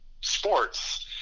sports